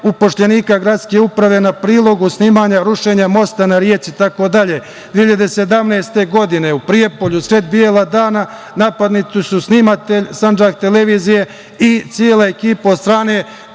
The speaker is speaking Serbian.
upošljenika gradske uprave na prilogu snimanja rušenja mosta na reci, itd. Godine 2017. je u Prijepolju, usred bela dana napadnuti su snimatelj „Sandžak televizije“ i cela ekipa od strane